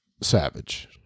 savage